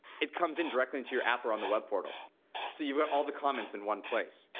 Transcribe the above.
it comes in directly into your app or on the web portal so you've got all the comments in one place.